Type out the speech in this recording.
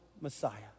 Messiah